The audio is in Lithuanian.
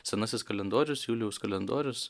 senasis kalendorius julijaus kalendorius